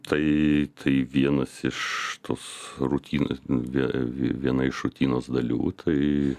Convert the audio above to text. tai tai vienas iš tos rutinos vie viena iš rutinos dalių tai